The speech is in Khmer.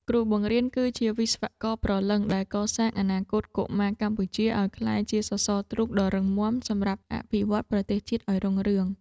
គ្រូបង្រៀន គឺជាវិស្វករព្រលឹងដែលកសាងអនាគតកុមារកម្ពុជាឱ្យក្លាយជាសសរទ្រូងដ៏រឹងមាំសម្រាប់អភិវឌ្ឍប្រទេសជាតិឱ្យរុងរឿង។